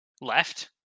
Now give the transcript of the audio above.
left